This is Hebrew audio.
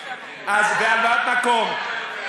אז, הלוואת מקום.